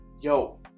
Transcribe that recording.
Yo